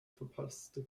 verpasste